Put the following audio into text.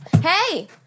Hey